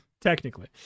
Technically